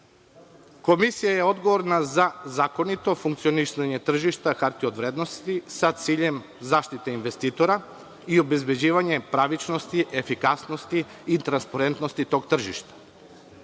Komisija je odgovorna za zakonito funkcionisanje tržišta hartije od vrednosti sa ciljem zaštite investitora i obezbeđivanje pravičnosti, efikasnosti i transparentnosti tog